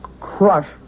Crush